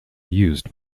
used